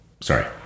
sorry